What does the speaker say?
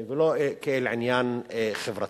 ולא כאל עניין חברתי.